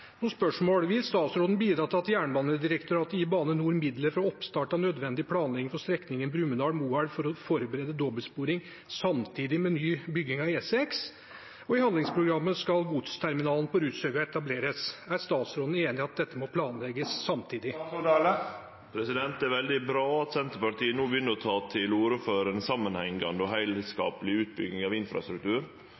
Vil statsråden bidra til at Jernbanedirektoratet gir Bane NOR midler for oppstart av nødvendig planlegging for strekningen Brumunddal–Moelv for å forberede dobbeltsporbygging samtidig med bygging av ny E6? I handlingsprogrammet skal godsterminalen på Rudshøgda etableres. Er statsråden enig i at dette må planlegges samtidig? Det er veldig bra at Senterpartiet no begynner å ta til orde for ei samanhengande og